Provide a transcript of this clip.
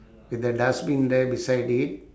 in the dustbin there beside it